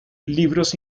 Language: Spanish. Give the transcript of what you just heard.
libros